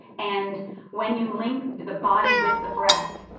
and when you link the body with the breath,